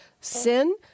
SIN